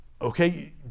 Okay